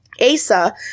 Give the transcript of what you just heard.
Asa